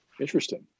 Interesting